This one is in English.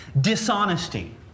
dishonesty